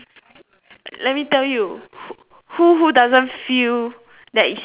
let me tell you who who doesn't feel that it's useless